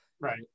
right